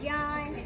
John